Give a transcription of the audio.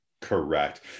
correct